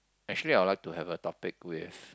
actually I will like to have a topic with